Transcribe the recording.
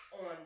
on